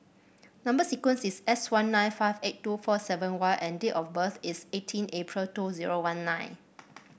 number sequence is S one nine five eight two four seven Y and date of birth is eighteen April two zero one nine